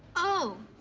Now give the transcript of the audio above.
oh,